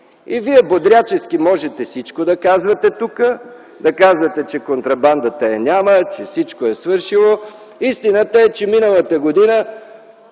Вие бодряшки можете да казвате всичко тук, да казвате, че контрабандата я няма, че всичко е свършило, но истината е, че миналата година